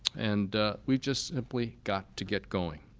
and we've just simply got to get going.